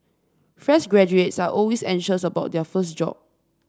fresh graduates are always anxious about their first job